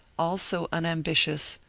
also unambitious,